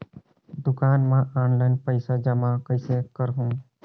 दुकान म ऑनलाइन पइसा जमा कइसे करहु?